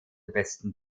besten